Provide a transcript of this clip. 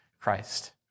Christ